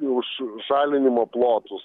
už žalinimo plotus